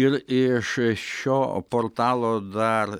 ir iš šio portalo dar